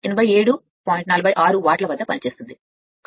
S1 87 46 వాట్ల వద్ద పనిచేస్తోంది